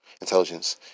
intelligence